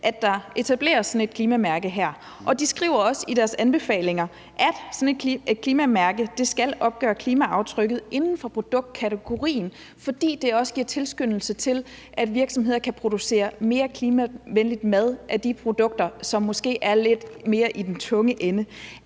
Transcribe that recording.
at der etableres sådan et klimamærke, og de skriver også i deres anbefalinger, at sådan et klimamærke skal opgøre klimaaftrykket indenfor produktkategorien, fordi det også giver tilskyndelse til, at virksomheder kan producere mere klimavenlig mad af de produkter, som måske er lidt mere i den tunge ende.